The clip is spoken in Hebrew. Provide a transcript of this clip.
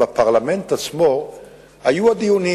שבפרלמנט עצמו היו הדיונים: